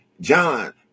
John